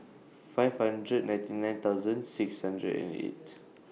five hundred ninety nine thousand six hundred and eight